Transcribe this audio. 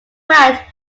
fact